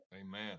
Amen